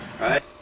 Right